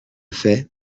fait